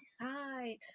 decide